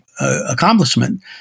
accomplishment